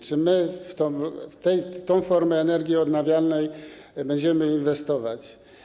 Czy my w tę formę energii odnawialnej będziemy inwestować?